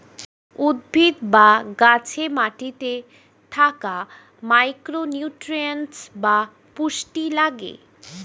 উদ্ভিদ বা গাছে মাটিতে থাকা মাইক্রো নিউট্রিয়েন্টস বা পুষ্টি লাগে